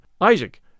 Isaac